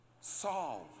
solve